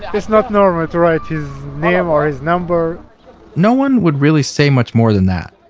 it's not normal to write his name or his number no one would really say much more than that.